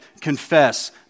confess